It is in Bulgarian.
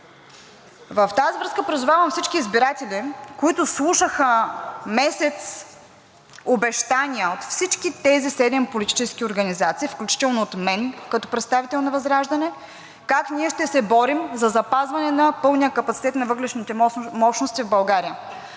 В тази връзка призовавам всички избиратели, които слушаха месец обещания от всички тези седем политически организации, включително от мен като представител на ВЪЗРАЖДАНЕ, как ние ще се борим за запазване на пълния капацитет на въглищните мощности в България.